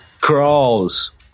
crawls